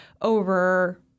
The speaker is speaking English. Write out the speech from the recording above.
over